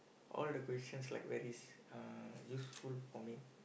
all the questions like very uh useful for me